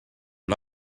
and